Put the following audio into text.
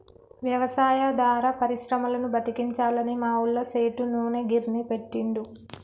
వ్యవసాయాధార పరిశ్రమలను బతికించాలని మా ఊళ్ళ సేటు నూనె గిర్నీ పెట్టిండు